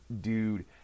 dude